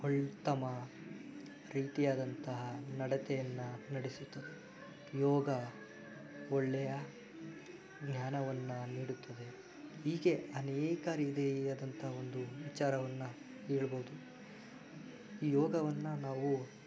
ಒಳ್ಳೆ ಉತ್ತಮ ರೀತಿಯಾದಂತಹ ನಡತೆಯನ್ನು ನಡೆಸುತ್ತದೆ ಯೋಗ ಒಳ್ಳೆಯ ಜ್ಞಾನವನ್ನು ನೀಡುತ್ತದೆ ಹೀಗೆ ಅನೇಕ ರೀತಿಯಾದಂತಹ ಒಂದು ವಿಚಾರವನ್ನು ಹೇಳಬಹುದು ಈ ಯೋಗವನ್ನು ನಾವು